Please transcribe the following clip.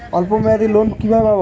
অল্প মেয়াদি লোন কিভাবে পাব?